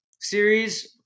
series